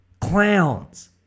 clowns